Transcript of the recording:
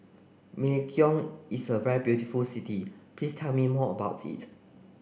Melekeok is a very beautiful city Please tell me more about it